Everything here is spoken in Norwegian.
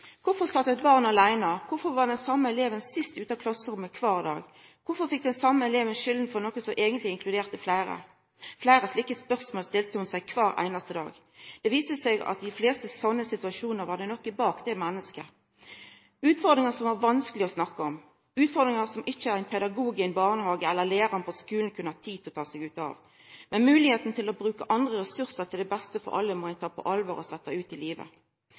Kvifor sat eit barn aleine? Kvifor var den same eleven sist ut av klasserommet kvar dag? Kvifor fekk den same eleven skulda for noko som eigentleg inkluderte fleire? Fleire slike spørsmål stilte ho seg kvar einaste dag. Det viste seg at i dei fleste slike situasjonar, var det noko bak det mennesket – utfordringar som var vanskelege å snakka om, utfordringar som ikkje ein pedagog i ein barnehage eller læraren på skulen kunna ha tid til å finna ut av. Moglegheita til å bruka andre ressursar til det beste for alle, må ein ta på alvor og setja ut i livet.